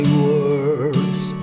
words